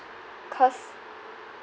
cause